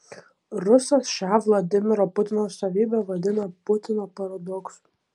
rusas šią vladimiro putino savybę vadina putino paradoksu